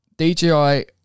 DJI